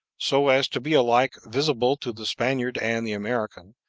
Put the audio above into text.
so as to be alike visible to the spaniard and the american,